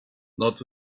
not